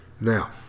Now